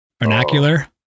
vernacular